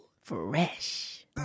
Fresh